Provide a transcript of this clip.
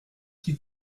qui